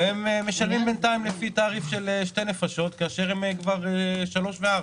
הם משלמים בינתיים לפי תעריף של שתי נפשות כאשר הם כבר שלוש וארבע.